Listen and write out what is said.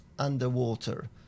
underwater